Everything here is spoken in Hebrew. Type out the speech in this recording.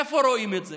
איפה רואים את זה?